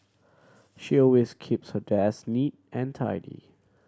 she always keeps her desk neat and tidy